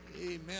Amen